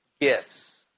gifts